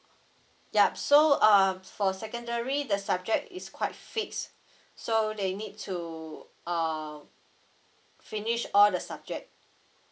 yup so uh for secondary the subject is quite fix so they need to err finish all the subject